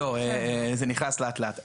לא, זה נכנס לאט לאט.